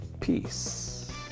Peace